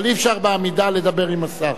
אבל אי-אפשר בעמידה לדבר עם השר.